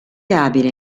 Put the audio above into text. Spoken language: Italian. abile